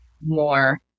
more